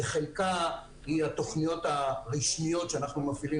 כשחלקה היא התוכניות הרשמיות שאנחנו מפעילים